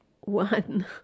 one